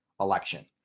election